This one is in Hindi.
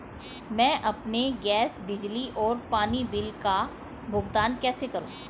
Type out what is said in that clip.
मैं अपने गैस, बिजली और पानी बिल का भुगतान कैसे करूँ?